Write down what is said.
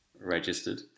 registered